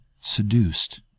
Seduced